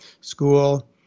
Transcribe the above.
school